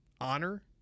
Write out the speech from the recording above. honor